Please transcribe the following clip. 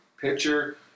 picture